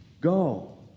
Go